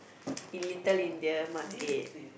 Little India market